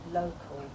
local